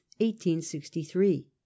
1863